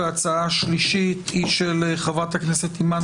וההצעה השלישית היא של חברת הכנסת אימאן